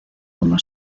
como